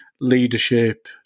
leadership